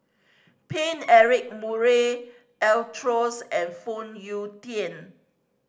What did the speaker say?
Paine Eric Murray and Phoon Yew Tien